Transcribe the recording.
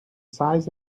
size